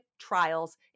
trials